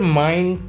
mind